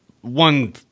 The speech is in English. one